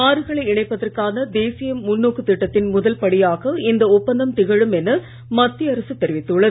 ஆறுகளை இணைப்பதற்கான தேசிய முன்னோக்கு திட்டத்தின் முதல் படியாக இந்த ஒப்பந்தம் திகழும் என மத்திய அரசு தெரிவித்துள்ளது